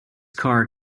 car